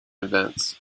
events